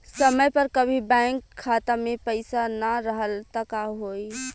समय पर कभी बैंक खाता मे पईसा ना रहल त का होई?